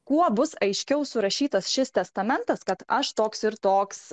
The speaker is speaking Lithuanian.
kuo bus aiškiau surašytas šis testamentas kad aš toks ir toks